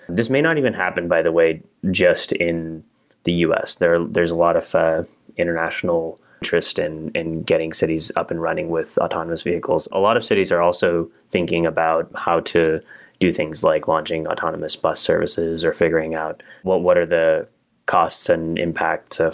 this may not even happen by the way just in the us. there's a lot of of international tryst in in getting cities up and running with autonomous vehicles. a lot of cities are also thinking about how to do things like launching autonomous bus services, or figuring out well, what are the costs and impact,